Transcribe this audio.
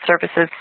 services